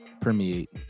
permeate